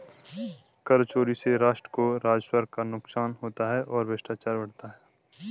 कर चोरी से राष्ट्र को राजस्व का नुकसान होता है और भ्रष्टाचार बढ़ता है